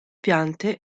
piante